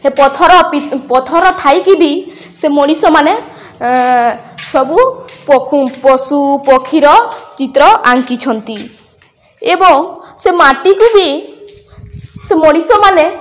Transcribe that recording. ସେ ପଥର ପଥର ଥାଇକି ବି ସେ ମଣିଷମାନେ ସବୁ ପଶୁ ପକ୍ଷୀର ଚିତ୍ର ଆଙ୍କିଛନ୍ତି ଏବଂ ସେ ମାଟିକୁ ବି ସେ ମଣିଷମାନେ